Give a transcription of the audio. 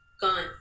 Gone